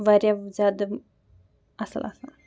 واریاہ زیادٕ اَصٕل آسان